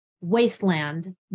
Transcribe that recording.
wasteland